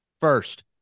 First